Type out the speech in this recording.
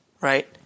right